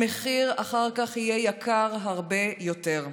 המחיר אחר כך יהיה יקר הרבה יותר.